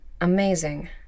Amazing